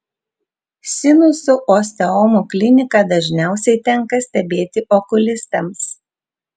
sinusų osteomų kliniką dažniausiai tenka stebėti okulistams